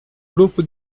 grupo